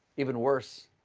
even worse,